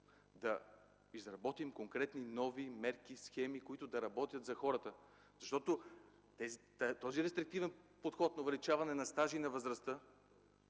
да изработим конкретни нови мерки, схеми, които да работят за хората. Защото този рестриктивен подход на увеличаване на стажа и на възрастта